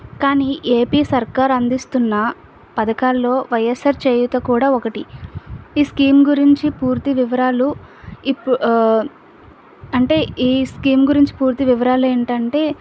కానీ ఏపీ సర్కార్ అందిస్తున్న పథకాల్లో వైఎస్సార్ చేయూత కూడా ఒకటి ఈ స్కీమ్ గురించి పూర్తి వివరాలు ఇప్పుడు అంటే ఈ స్కీమ్ గురించి పూర్తి వివరాలు ఏంటంటే